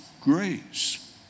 grace